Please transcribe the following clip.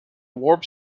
warp